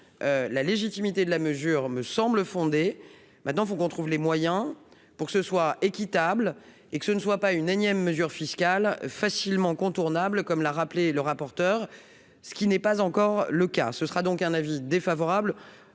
la légitimité de la mesure me semble fondée, maintenant faut qu'on trouve les moyens pour que ce soit équitable et que ce ne soit pas une énième mesure fiscale facilement contournable, comme l'a rappelé le rapporteur, ce qui n'est pas encore le cas ce sera donc un avis défavorable,